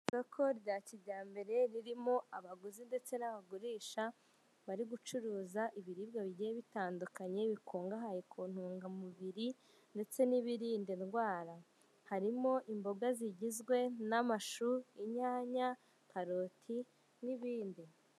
Isoko rya kijyambere ririmo abaguzi ndetse n'abagurisha bari gucuruza ibiribwa bigiye bitandukanye bikungahaye ku ntungamubiri ndetse n'ibirinda indwara. Harimo imboga zigizwe n'amashu, inyanya, karoti, n'ibindi.